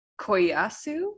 Koyasu